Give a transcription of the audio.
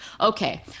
Okay